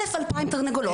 2,000-1,000 תרנגולות.